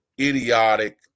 idiotic